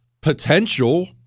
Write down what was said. potential